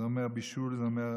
זה אומר בישול, זה אומר